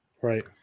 Right